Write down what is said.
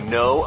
no